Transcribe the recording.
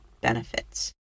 benefits